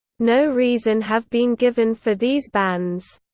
no reason have been given for these bans.